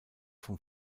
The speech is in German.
vom